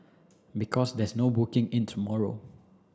because there's no booking in tomorrow